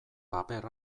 paper